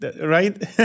right